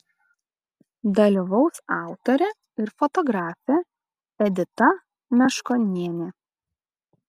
dalyvaus autorė ir fotografė edita meškonienė